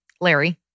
Larry